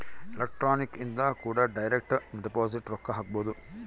electronic ಇಂದ ಕೂಡ direct deposit ರೊಕ್ಕ ಹಾಕ್ಬೊದು